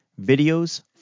videos